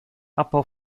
abbau